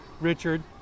Richard